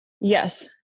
Yes